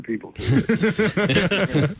people